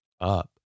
up